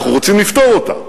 אנחנו רוצים לפתור אותה,